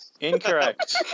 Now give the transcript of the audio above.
Incorrect